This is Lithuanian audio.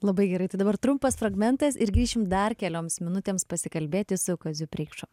labai gerai tai dabar trumpas fragmentas ir grįšim dar kelioms minutėms pasikalbėti su kaziu preikša